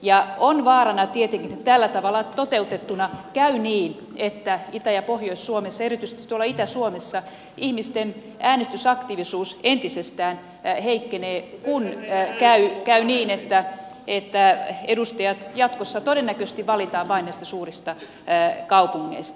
ja vaarana on tietenkin että tällä tavalla toteutettuna käy niin että itä ja pohjois suomessa erityisesti tuolla itä suomessa ihmisten äänestysaktiivisuus entisestään heikkenee kun käy niin että edustajat jatkossa todennäköisesti valitaan vain näistä suurista kaupungeista